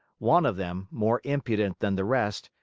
one of them, more impudent than the rest,